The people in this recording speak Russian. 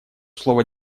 слово